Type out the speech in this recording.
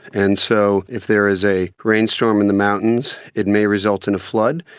and so if there is a rainstorm in the mountains it may result in a flood,